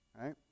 right